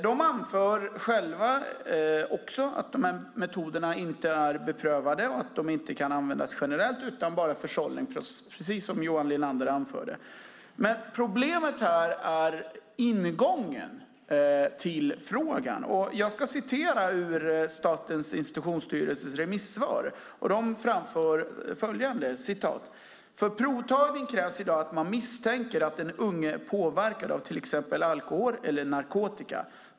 De anför själva att de här metoderna inte är beprövade och inte kan användas generellt utan bara för sållning, precis som Johan Linander anförde. Men problemet här är ingången till frågan. Jag ska citera ur Statens institutionsstyrelses remissvar. De framför följande: "För provtagning krävs idag att man misstänker att den unge är påverkad av t.ex. alkohol eller narkotika.